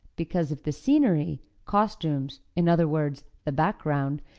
because if the scenery, costumes, in other words, the background,